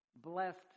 blessed